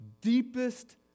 deepest